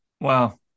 Wow